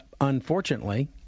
Unfortunately